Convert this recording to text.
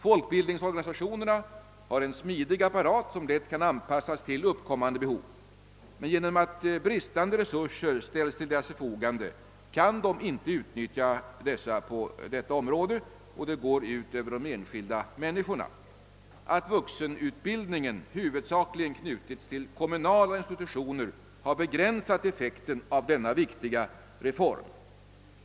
Folkbildningsorganisationerna har en smidig apparat som lätt kan anpassas till uppkommande behov, men genom att otillräckliga resurser ställs till deras förfogande kan de inte utnyttja dem på detta område, och det går ut över de enskilda människorna. Att vuxenutbildningen huvudsakligen knutits till kommunala institutioner har begränsat effekten av denna viktiga reform.